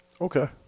Okay